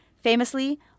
Famously